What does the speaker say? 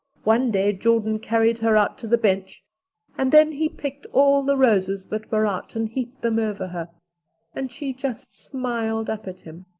one day jordan carried her out to the bench and then he picked all the roses that were out and heaped them over her and she just smiled up at him.